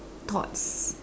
thoughts